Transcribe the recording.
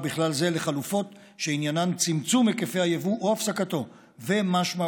ובכלל זה לחלופות שעניינן צמצום היקפי היבוא או הפסקתו ומשמעויותיהם.